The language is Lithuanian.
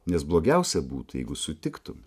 nes blogiausia būtų jeigu sutiktum